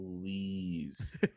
please